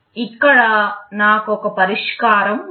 ఇక్కడ నాకు ఒక పరిష్కారం ఉంది